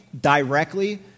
directly